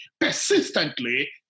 persistently